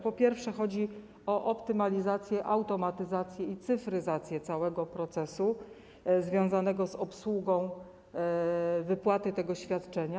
Po pierwsze, chodzi o optymalizację, automatyzację i cyfryzację całego procesu związanego z obsługą wypłaty tego świadczenia.